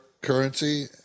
currency